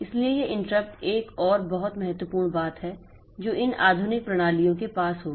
इसलिए यह इंटरप्ट एक और बहुत महत्वपूर्ण बात है जो इन आधुनिक प्रणालियों के पास होगी